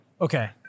Okay